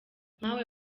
nkawe